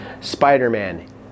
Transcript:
Spider-Man